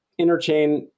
interchain